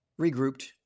regrouped